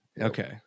Okay